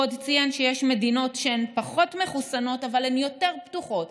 הוא ציין עוד שיש מדינות שהן פחות מחוסנות אבל הן יותר פתוחות,